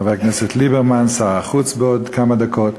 חבר הכנסת ליברמן, שר החוץ בעוד כמה דקות,